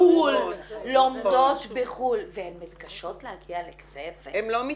בדיוק ככה ונאמר לי שהסיבות הן תרבותיות ואני כעסתי